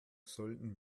sölden